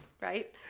Right